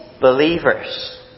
believers